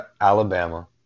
Alabama